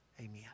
Amen